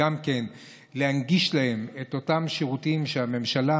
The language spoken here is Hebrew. להנגיש להם את אותם שירותים שהממשלה,